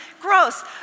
gross